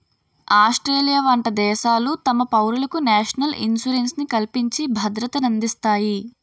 Australia వంట దేశాలు తమ పౌరులకు నేషనల్ ఇన్సూరెన్స్ ని కల్పించి భద్రతనందిస్తాయి